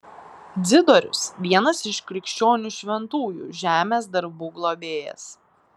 dzidorius vienas iš krikščionių šventųjų žemės darbų globėjas